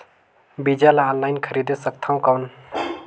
बीजा ला ऑनलाइन खरीदे सकथव कौन?